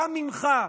גם ממך,